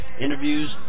interviews